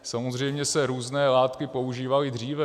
Samozřejmě se různé látky používaly i dříve.